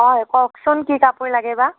হয় কওকচোন কি কাপোৰ লাগে বা